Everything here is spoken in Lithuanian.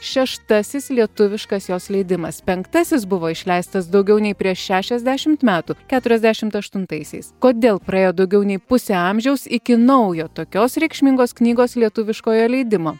šeštasis lietuviškas jos leidimas penktasis buvo išleistas daugiau nei prieš šešiasdešimt metų keturiasdešimt aštuntaisiais kodėl praėjo daugiau nei pusė amžiaus iki naujo tokios reikšmingos knygos lietuviškojo leidimo